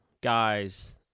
guys